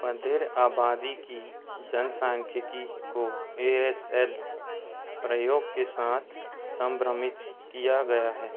बधिर आबादी की जनसांख्यिकी को ए एस एल प्रयोग के साथ संभ्रमित किया गया है